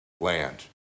land